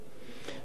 נכון.